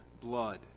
blood